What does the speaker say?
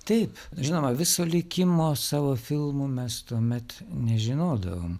taip žinoma viso likimo savo filmų mes tuomet nežinodavom